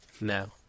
No